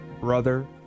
brother